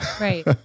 Right